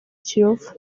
kiyovu